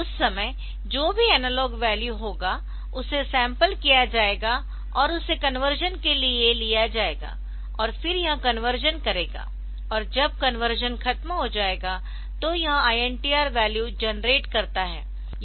उस समय जो भी एनालॉग वैल्यू होगा उसे सैंपल किया जाएगा और उसे कन्वर्शन के लिए लिया जाएगा और फिर यह कन्वर्शन करेगा और जब कन्वर्शन खत्म हो जाएगा तो यह INTR वैल्यू जेनरेट करता है